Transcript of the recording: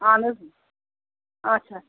اہن حظ آچھا